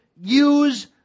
use